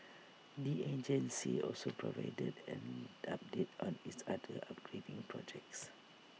the agency also provided an update on its other upgrading projects